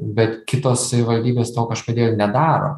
bet kitos savivaldybės to kažkodėl nedaro